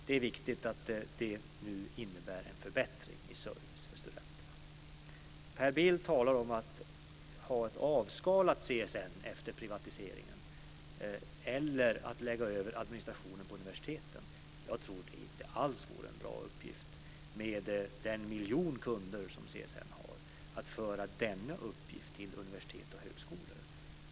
Det är viktigt att det nu innebär en förbättring i service för studenterna. Per Bill talar om att ha ett avskalat CSN efter privatiseringen eller att lägga över administrationen på universiteten. Jag tror inte alls att det vore bra, med den miljon kunder som CSN har, att föra denna uppgift till universitet och högskolor.